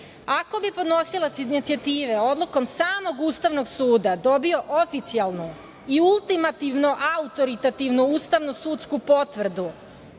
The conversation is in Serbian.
ako bi podnosilac inicijative odlukom samog Ustavnog suda dobio oficijalnu i ultimativno autoritativnu ustavno sudsku potvrdu